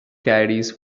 caddies